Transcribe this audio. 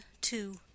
two